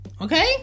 Okay